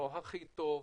לא הכי הטוב,